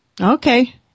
Okay